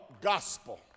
gospel